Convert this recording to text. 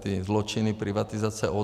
Ty zločiny privatizace ODS.